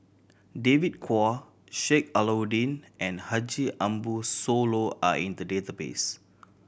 David Kwo Sheik Alau'ddin and Haji Ambo Sooloh are in the database